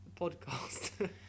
podcast